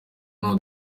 n’uwo